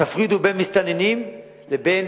תפרידו בין מסתננים לבין